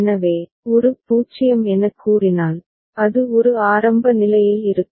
எனவே ஒரு 0 எனக் கூறினால் அது ஒரு ஆரம்ப நிலையில் இருக்கும்